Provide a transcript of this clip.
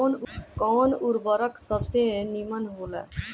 कवन उर्वरक सबसे नीमन होला?